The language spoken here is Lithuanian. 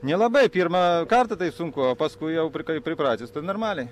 nelabai pirmą kartą tai sunku o paskui jau p kai pripratęs tai normaliai